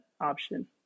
option